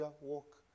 walk